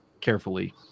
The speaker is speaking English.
carefully